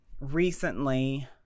Recently